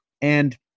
And-